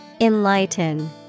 Enlighten